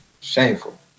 Shameful